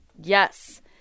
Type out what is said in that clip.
Yes